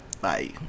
Bye